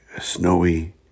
snowy